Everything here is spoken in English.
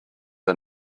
are